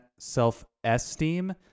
self-esteem